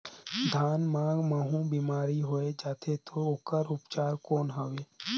धान मां महू बीमारी होय जाथे तो ओकर उपचार कौन हवे?